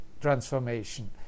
transformation